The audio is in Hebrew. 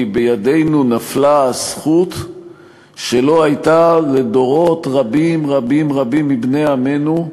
כי בידנו נפלה הזכות שלא הייתה לדורות רבים רבים רבים מבני עמנו,